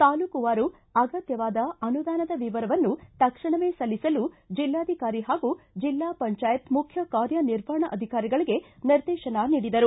ತಾಲೂಕುವಾರು ಅಗತ್ಯವಾದ ಅನುದಾನದ ವಿವರವನ್ನು ತಕ್ಷಣವೇ ಜಿಲ್ಲಾಧಿಕಾರಿ ಹಾಗೂ ಜೆಲ್ಲಾ ಪಂಚಾಯತ್ ಮುಖ್ಯ ಕಾರ್ಯನಿರ್ವಹಣಾಧಿಕಾರಿಗಳಿಗೆ ನಿರ್ದೇಶನ ನೀಡಿದರು